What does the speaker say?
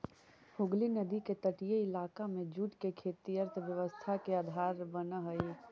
हुगली नदी के तटीय इलाका में जूट के खेती अर्थव्यवस्था के आधार बनऽ हई